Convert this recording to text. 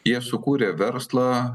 jie sukūrė verslą